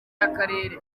y’akarere